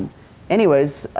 anyways,